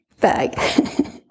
bag